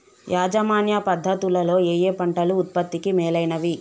యాజమాన్య పద్ధతు లలో ఏయే పంటలు ఉత్పత్తికి మేలైనవి?